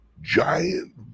Giant